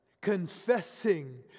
confessing